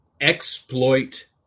Exploit